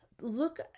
Look